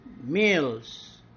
Meals